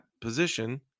position